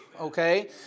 okay